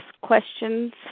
Questions